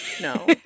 no